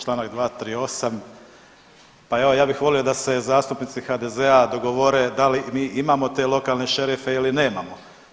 Čl. 238. pa evo ja bih volio da se zastupnici HDZ-a dogovore da li mi imamo te lokalne šerife ili nemamo.